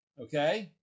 okay